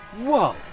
Whoa